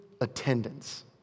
attendance